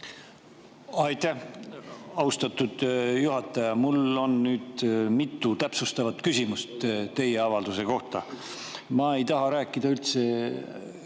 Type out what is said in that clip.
Aitäh, austatud juhataja! Mul on nüüd mitu täpsustavat küsimust teie avalduse kohta. Ma ei taha üldse